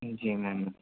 جی میم